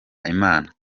imana